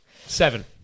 Seven